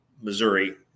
Missouri